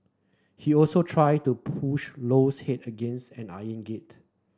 he also tried to push Low's head against an iron gate